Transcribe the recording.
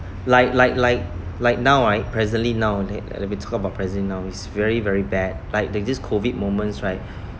like like like like now I presently now we talk about present now is very very bad like the this COVID moments right